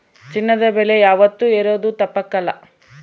ಚಿನ್ನದ ಬೆಲೆ ಯಾವಾತ್ತೂ ಏರೋದು ತಪ್ಪಕಲ್ಲ